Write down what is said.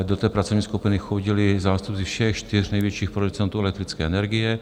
Do té pracovní skupiny chodili zástupci všech čtyř největších producentů elektrické energie.